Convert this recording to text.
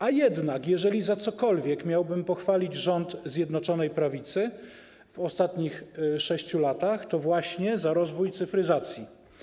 A jednak, jeżeli za cokolwiek miałbym pochwalić rząd Zjednoczonej Prawicy w ostatnich 6 latach, to właśnie za rozwój cyfryzacji.